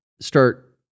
start